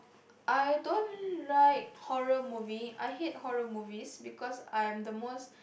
I don't like horror movie I hate horror movies because I'm the most